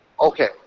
okay